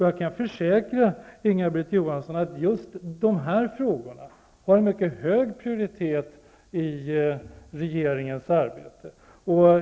Jag kan försäkra Inga-Britt Johansson att just de frågorna har en mycket hög prioritet i regeringens arbete.